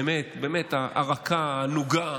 באמת, באמת הרכה, הענוגה,